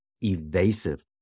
evasive